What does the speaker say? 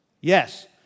Yes